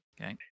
Okay